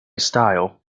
style